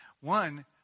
one